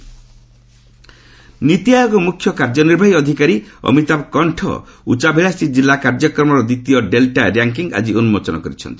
ନୀତି ର୍ୟାଙ୍କିଙ୍ଗ୍ ନିତି ଆୟୋଗ ମୁଖ୍ୟ କାର୍ଯ୍ୟ ନିର୍ବାହୀ ଅଧିକାରୀ ଅମିତାଭ କଣ୍ଠ ଉଚ୍ଚାଭିଳାଷି କିଲ୍ଲା କାର୍ଯ୍ୟକ୍ରମର ଦ୍ୱିତୀୟ ଡେଲ୍ଟା ର୍ୟାଙ୍କିଙ୍ଗ୍ ଆଜି ଉନ୍ଦୋଚନ କରିଛନ୍ତି